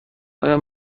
آیا